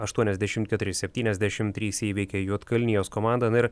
aštuoniasdešim keturi septyniasdešim trys įveikė juodkalnijos komandą na ir